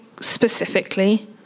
specifically